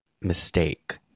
mistake